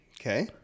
Okay